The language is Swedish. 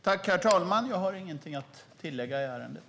Herr talman! Jag har ingenting att tillägga i ärendet.